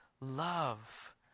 love